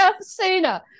sooner